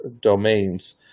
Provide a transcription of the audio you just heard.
domains